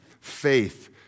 faith